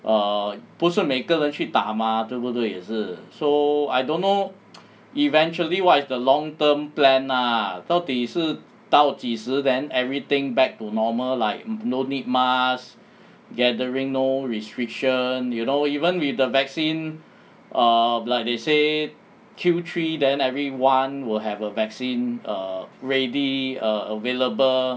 err 不是每个人去打 mah 对不对也是 so I don't know eventually what is the long term plan ah 到底是到几时 then everything back to normal like no need mask gathering no restriction you know even with the vaccine err like they say Q three then everyone will have a vaccine ah ready err available